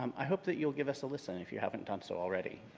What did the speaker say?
um i hope that you'll give us a listen if you haven't done so already.